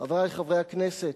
חברי חברי הכנסת,